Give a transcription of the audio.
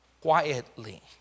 quietly